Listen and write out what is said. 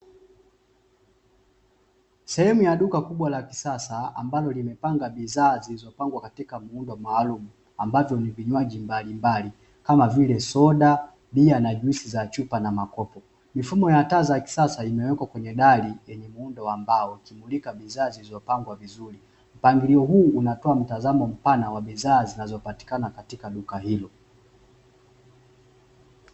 Sehemu ya duka kubwa la kisasa, ambalo limepanga bidhaa zilizopangwa katika muundo maalumu, ambazo ni vinywaji mbalimbali kama vile soda, bia na juisi za chupa na makopo. Mifumo ya taa za kisasa imewekwa kwenye dali yenye muundo wa mbao, ikimulika bidhaa zilizopangwa vizuri. Mpangalio huu unatoa mtazamo mpana, wa bidhaa zinazopatikana katika duka hilo.